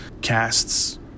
casts